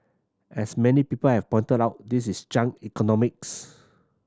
as many people have pointed out this is junk economics